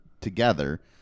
together